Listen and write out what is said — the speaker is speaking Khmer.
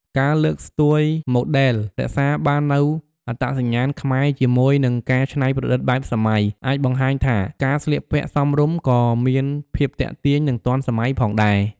ការលើកស្ទួយម៉ូដដែល រក្សាបាននូវអត្តសញ្ញាណខ្មែរជាមួយនឹងការច្នៃប្រឌិតបែបសម័យ អាចបង្ហាញថាការស្លៀកពាក់សមរម្យក៏មានភាពទាក់ទាញ និងទាន់សម័យផងដែរ។